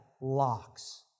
locks